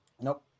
Nope